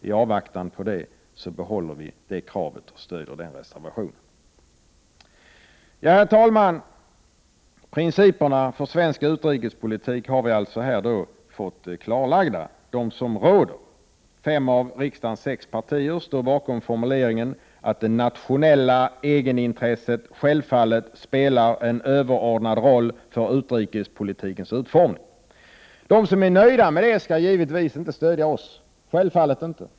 I avvaktan på det vidhåller vi vårt krav och stöder den reservationen. Herr talman! De principer som råder för svensk utrikespolitik har vi alltså här fått klarlagda. Fem av riksdagens sex partier står bakom formuleringen att det nationella egenintresset självfallet spelar en överordnad roll för utrikespolitikens utformning. De som är nöjda med det skall givetvis inte stödja oss.